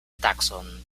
taxon